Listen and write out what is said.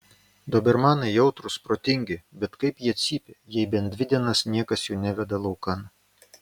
dobermanai jautrūs protingi bet kaip jie cypia jei bent dvi dienas niekas jų neveda laukan